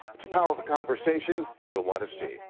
it's a powerful conversation you'll want to see.